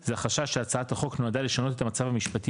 זה החשש שהצעת החוק נועדה לשנות את המצב המשפטי